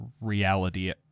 reality